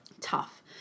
Tough